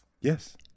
Yes